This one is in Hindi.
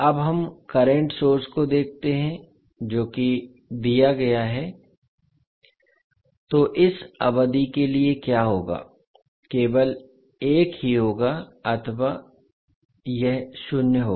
अब हम करंट सोर्स को देखते हैं जो कि दिया गया है तो इस अवधि के लिए क्या होगा केवल एक ही होगा अन्यथा यह शून्य होगा